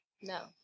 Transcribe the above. No